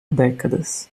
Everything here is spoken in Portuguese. décadas